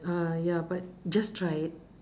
uh ya but just try it